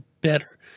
better